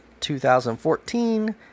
2014